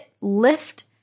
lift